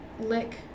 lick